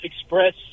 express